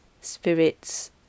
spirits